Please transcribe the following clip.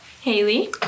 Haley